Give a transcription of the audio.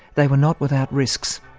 they were not without risks.